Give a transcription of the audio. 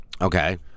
Okay